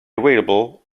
available